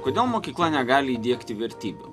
kodėl mokykla negali įdiegti vertybių